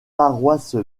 paroisse